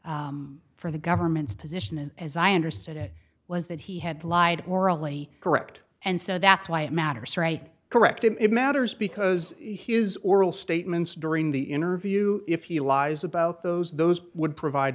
for the government's position is as i understood it was that he had lied morally correct and so that's why it matters right correct it matters because his oral statements during the interview if he lies about those those would provide